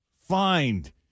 find